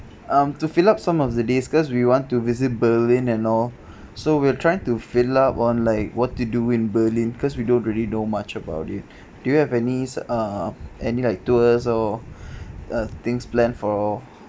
um to fill up some of the days because we want to visit berlin and all so we're trying to fill up on like what to do in berlin because we don't really know much about it do you have a su~ uh any like tours or uh things planned for